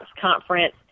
conference